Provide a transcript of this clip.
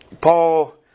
Paul